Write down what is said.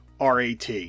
RAT